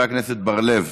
חבר הכנסת בר-לב